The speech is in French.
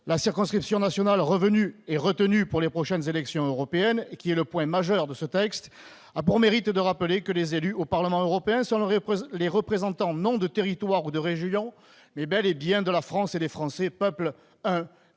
La circonscription nationale revenue et retenue pour les prochaines élections européennes, qui est le point majeur de ce texte, a pour mérite de rappeler que les élus au Parlement européen sont les représentants non de territoires ou de régions, mais bel et bien de la France et des Français, peuple un